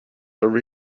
over